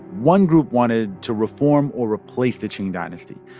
one group wanted to reform or replace the qing dynasty.